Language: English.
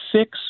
six